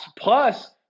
Plus